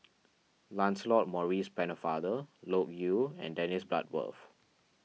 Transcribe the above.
Lancelot Maurice Pennefather Loke Yew and Dennis Bloodworth